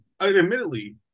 admittedly